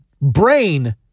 brain